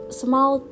small